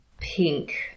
pink